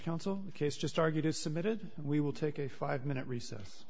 counsel because just argued is submitted we will take a five minute recess